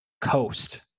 coast